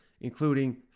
including